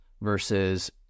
versus